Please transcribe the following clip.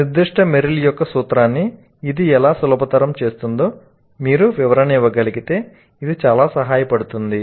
నిర్దిష్ట మెర్రిల్ యొక్క సూత్రాన్ని ఇది ఎలా సులభతరం చేస్తుందో మీరు వివరణ ఇవ్వగలిగితే అది చాలా సహాయపడుతుంది